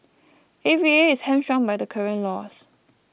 A V A is hamstrung by the current laws